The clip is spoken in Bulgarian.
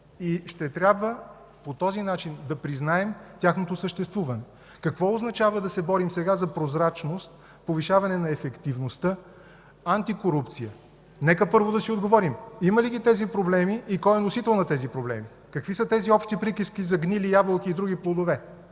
и ще трябва по този начин да признаем тяхното съществуване. Какво означава да се борим сега за прозрачност, повишаване на ефективността, антикорупция? Нека първо да си отговорим – има ли ги тези проблеми и кой е техният носител? Какви са тези общи приказки за гнили ябълки и други плодове?!